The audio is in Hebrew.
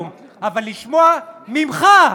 אבל לשמוע ממך,